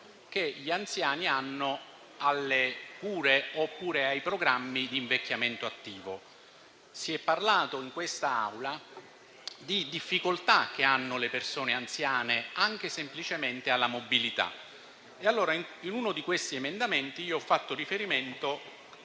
che gli anziani hanno alle cure, oppure ai programmi di invecchiamento attivo. Si è parlato in quest'Aula della difficoltà che hanno le persone anziane, anche semplicemente in termini di mobilità: in uno di questi emendamenti, allora, ho fatto riferimento